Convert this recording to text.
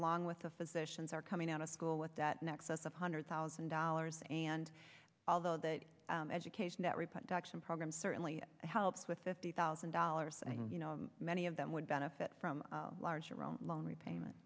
along with the physicians are coming out of school with that nexus of hundred thousand dollars and although that education that reproduction program certainly helps with fifty thousand dollars you know many of them would benefit from a large around long repayment